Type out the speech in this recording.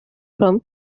from